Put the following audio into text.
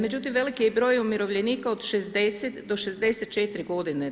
Međutim, veliki je broj umirovljenika od 60-64 godine.